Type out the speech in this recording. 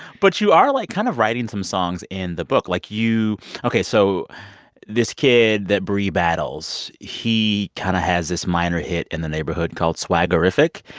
but you are, like, kind of writing some songs in the book. like, you ok, so this kid that bri battles, he kind of has this minor hit in the neighborhood called swaggerific.